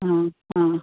आं आं